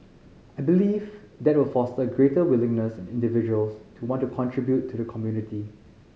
I believe that will foster a greater willingness in individuals to want to contribute to the community